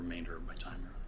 remainder of my time